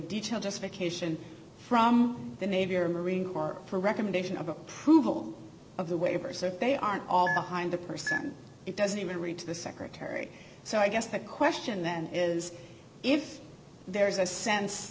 detailed justification from the navy or marine corps for a recommendation of approval of the waivers or they are all behind the person it doesn't even read to the secretary so i guess the question then is if there is a sense